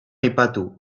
aipatu